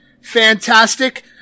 fantastic